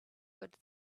good